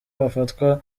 bafatwa